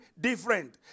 different